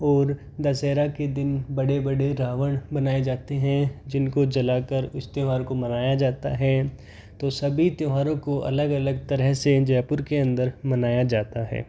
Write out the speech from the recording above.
और दशहरा के दिन बड़े बड़े रावण बनाए जाते हैं जिनको जलाकर इस त्यौहार को मनाया जाता है तो सभी त्यौहारों को अलग अलग तरह से जयपुर के अंदर मनाया जाता है